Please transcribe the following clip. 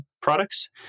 products